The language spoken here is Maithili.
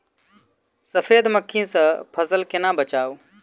सफेद मक्खी सँ फसल केना बचाऊ?